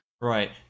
right